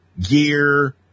gear